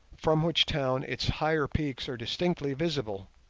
from which town its higher peaks are distinctly visible.